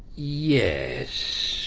yes,